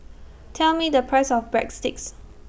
Tell Me The Price of Breadsticks